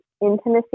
intimacy